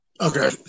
Okay